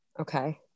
Okay